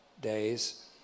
days